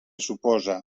suposa